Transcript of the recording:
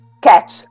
catch